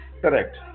Correct